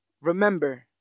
remember